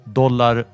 dollar